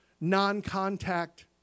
non-contact